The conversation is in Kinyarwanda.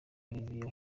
olivier